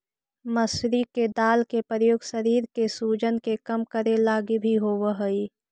मसूरी के दाल के प्रयोग शरीर के सूजन के कम करे लागी भी होब हई